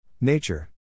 Nature